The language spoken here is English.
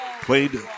played